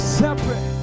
separate